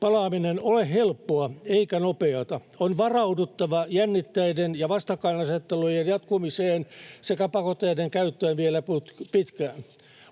palaaminen ole helppoa eikä nopeata. On varauduttava jännitteiden ja vastakkainasettelujen jatkumiseen sekä pakotteiden käyttöön vielä pitkään.